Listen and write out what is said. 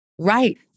Right